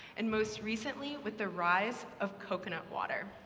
and most recently, with the rise of coconut water.